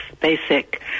basic